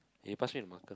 eh pass me the marker